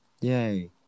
Yay